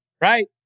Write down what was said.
right